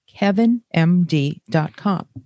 KevinMD.com